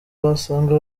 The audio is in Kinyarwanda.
basanga